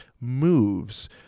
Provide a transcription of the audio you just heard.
moves